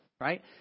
right